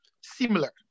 similar